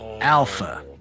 Alpha